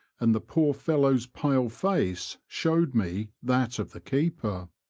and the poor fellow's pale face showed me that of the keeper.